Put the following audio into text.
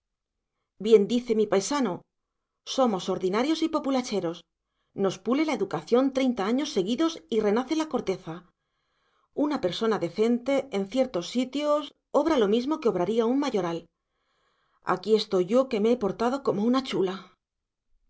bien dice mi paisano somos ordinarios y populacheros nos pule la educación treinta años seguidos y renace la corteza una persona decente en ciertos sitios obra lo mismo que obraría un mayoral aquí estoy yo que me he portado como una chula